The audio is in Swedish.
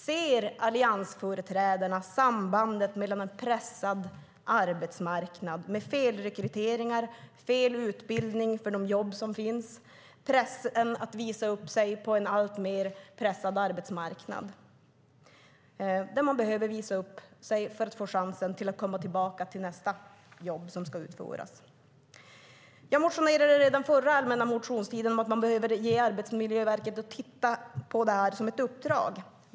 Ser alliansföreträdarna sambandet mellan en pressad arbetsmarknad med felrekryteringar, fel utbildning för de jobb som finns och pressen att visa upp sig på en alltmer pressad arbetsmarknad? Man behöver visa upp sig för att få chansen att komma tillbaka till nästa jobb som ska utföras. Jag motionerade redan under den förra allmänna motionstiden om att man behöver ge Arbetsmiljöverket i uppdrag att titta på det här.